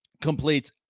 completes